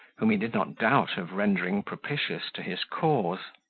whom he did not doubt of rendering propitious to his cause.